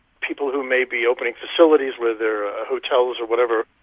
people who may be opening facilities, whether hotels or whatever,